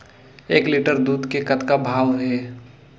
एक लिटर दूध के कतका भाव हे?